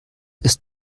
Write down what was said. ist